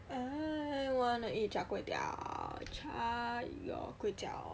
I want to eat char kway teow char kway teow